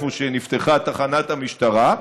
ששם נפתחה תחנת המשטרה,